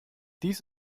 dies